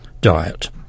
diet